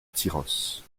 tyrosse